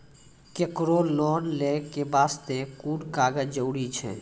केकरो लोन लै के बास्ते कुन कागज जरूरी छै?